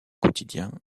quotidiens